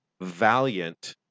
valiant